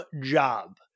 job